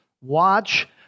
Watch